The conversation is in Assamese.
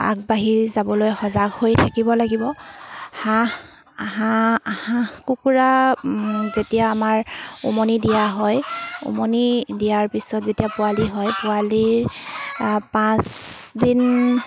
আগবাঢ়ি যাবলৈ সজাগ হৈ থাকিব লাগিব হাঁহ হাঁহ হাঁহ কুকুৰা যেতিয়া আমাৰ উমনি দিয়া হয় উমনি দিয়াৰ পিছত যেতিয়া পোৱালি হয় পোৱালিৰ পাঁচদিন